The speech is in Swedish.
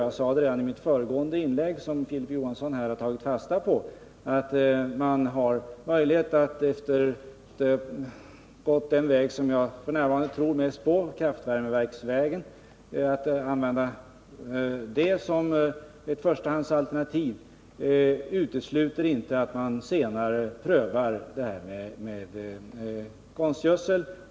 Jag sade redan i mitt föregående inlägg —och det har Filip Johansson tagit fasta på — att man har möjlighet att, efter att som ett första alternativ ha gått den väg som jag f.n. tror mest på, kraftvärmeverksvägen, senare också pröva tillverkning av konstgödsel.